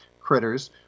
critters